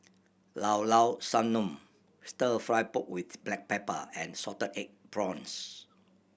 Llao Llao Sanum Stir Fry pork with black pepper and salted egg prawns